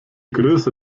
größe